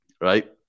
Right